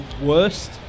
worst